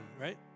right